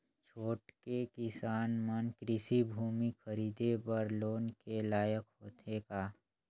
छोटके किसान मन कृषि भूमि खरीदे बर लोन के लायक होथे का?